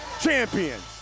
champions